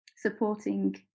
supporting